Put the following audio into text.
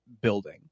building